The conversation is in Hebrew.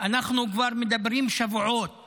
אנחנו מדברים כבר שבועות